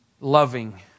Loving